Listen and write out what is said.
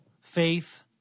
faith